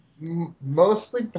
Mostly